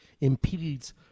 impedes